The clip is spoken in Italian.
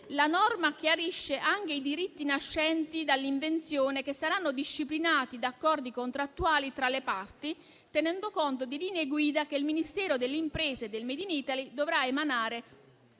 La norma chiarisce anche i diritti nascenti dall'invenzione, che saranno disciplinati da accordi contrattuali tra le parti, tenendo conto di linee guida che il Ministero delle imprese e del *made in Italy* dovrà emanare